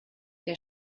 der